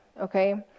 okay